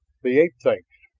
the ape-things!